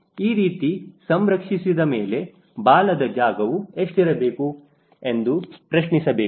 ಈ ರೀತಿ ಸಂರಕ್ಷಿಸಿದ ಮೇಲೆ ಬಾಲದ ಜಾಗವು ಎಷ್ಟಿರಬೇಕು ಎಂದು ಪ್ರಶ್ನಿಸಬೇಕು